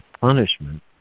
punishment